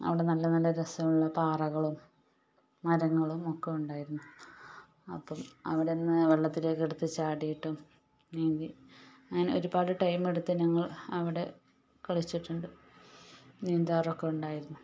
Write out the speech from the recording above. അവിടെ നല്ല നല്ല രസമുള്ള പാറകളും മരങ്ങളും ഒക്കെ ഉണ്ടായിരുന്നു അപ്പം അവിടെ നിന്ന് വെള്ളത്തിലേക്ക് എടുത്തു ചാടിയിട്ടും നീന്തി അങ്ങനെ ഒരുപാട് ടൈമെടുത്തു ഞങ്ങൾ അവിടെ കളിച്ചിട്ടുണ്ട് നീന്താറൊക്കെ ഉണ്ടായിരുന്നു